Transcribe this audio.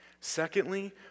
Secondly